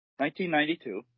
1992